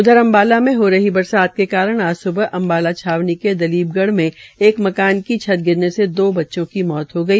उधर अम्बाला में हो रही बरसात के कारण आज स्बह अम्बाला छावनी के दिलीप गढ़ में एक मकान की छत गिरने से दो बच्चों की मौत हो गई